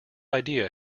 idea